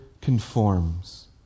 conforms